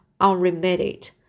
unremitted